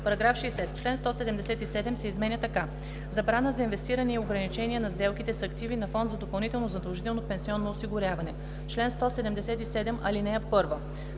§ 60: „§ 60. Член 177 се изменя така: „Забрана за инвестиране и ограничения на сделките с активи на фонд за допълнително задължително пенсионно осигуряване Чл. 177.